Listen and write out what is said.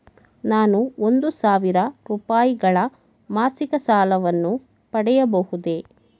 ನಾನು ಒಂದು ಸಾವಿರ ರೂಪಾಯಿಗಳ ಮಾಸಿಕ ಸಾಲವನ್ನು ಪಡೆಯಬಹುದೇ?